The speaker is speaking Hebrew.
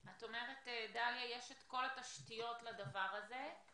את אומרת, דליה, שיש את כל התשתיות לדבר הזה.